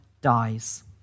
dies